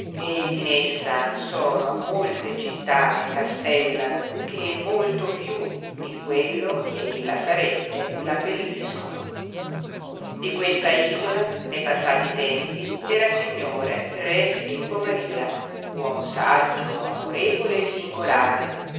ed in essa sono molte città e castella che molto più di quello che ella sarebbe l'abbelliscono di questa isola ne passati tempi era signore re filippo maria uomo saggio amorevole e singolare